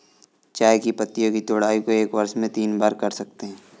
चाय की पत्तियों की तुड़ाई को एक वर्ष में तीन बार कर सकते है